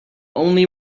only